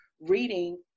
reading